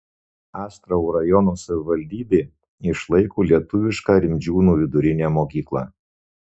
astravo rajono savivaldybė išlaiko lietuvišką rimdžiūnų vidurinę mokyklą